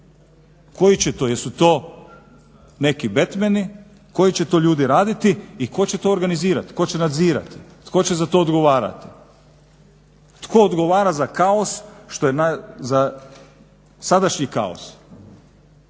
Koji će to? Jesu to neki Batmani, koji će to ljudi raditi i tko će to organizirati, tko će nadzirati, tko će za to odgovarati. Tko odgovara za kaos, za sadašnji kaos?